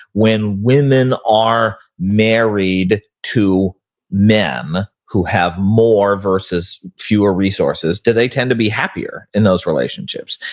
when women are married to men who have more versus fewer resources, do they tend to be happier in those relationships?